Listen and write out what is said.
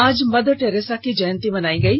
आज Mother Teresa की जयंती मनायी गयी